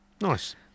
nice